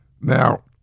Now